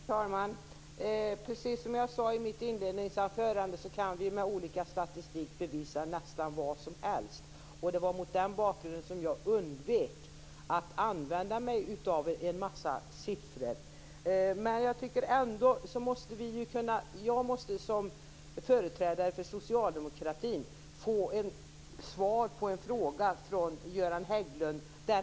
Fru talman! Precis som jag sade i mitt inledningsanförande kan vi med olika statistik bevisa nästan vad som helst. Det var mot den bakgrunden som jag undvek att använda mig av en mängd siffror. Jag måste som företrädare för Socialdemokraterna få svar på en fråga från Göran Hägglund.